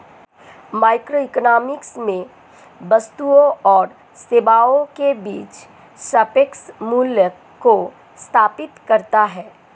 microeconomics में वस्तुओं और सेवाओं के बीच सापेक्ष मूल्यों को स्थापित करता है